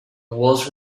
was